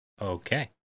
Okay